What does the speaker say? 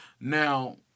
Now